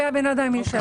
ובן האדם ישלם.